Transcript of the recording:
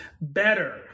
better